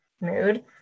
mood